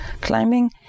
climbing